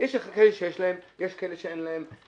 יש כאלה שיש להם, יש כאלה שאין להם.